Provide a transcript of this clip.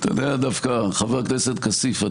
חבר הכנסת כסיף,